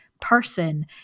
person